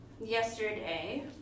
Yesterday